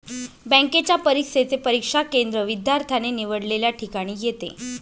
बँकेच्या परीक्षेचे परीक्षा केंद्र विद्यार्थ्याने निवडलेल्या ठिकाणी येते